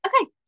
okay